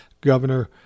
Governor